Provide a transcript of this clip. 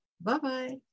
Bye-bye